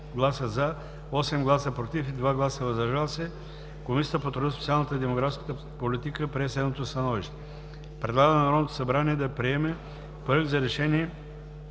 гласа „за“, 8 гласа „против“ и 2 гласа „въздържали се“ Комисията по труда, социалната и демографската политика прие следното становище: предлага на Народното събрание да приеме Проект за решение